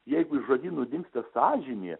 jeigu iš žodynų dingsta sąžinė